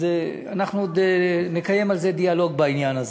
אז אנחנו עוד נקיים על זה דיאלוג, בעניין הזה.